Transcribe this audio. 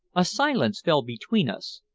a silence fell between us,